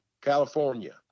California